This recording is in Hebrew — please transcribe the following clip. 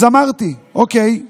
אז אמרתי: אוקיי,